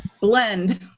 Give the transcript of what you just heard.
Blend